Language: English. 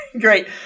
Great